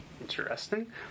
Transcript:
interesting